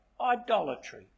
idolatry